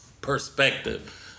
Perspective